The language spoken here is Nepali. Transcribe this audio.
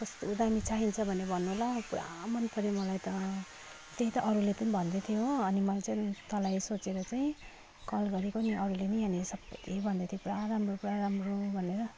कस्तो दामी चाहिन्छ भने भन्नु ल पुरा मनपर्यो मलाई त त्यही त अरूले पनि भन्दै थियो हो अनि मैले चाहिँ तँलाई सोचेर चाहिँ कल गरेको नि अरूले पनि अनि सबै भन्दै थियो पुरा राम्रो पुरा राम्रो भनेर